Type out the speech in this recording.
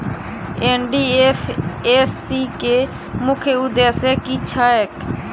NDFSC केँ मुख्य उद्देश्य की छैक?